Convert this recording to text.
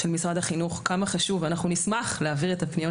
של משרד החינוך ואנחנו נשמח להעביר את הפניות